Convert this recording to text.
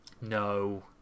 no